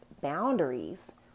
boundaries